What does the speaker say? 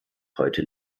heute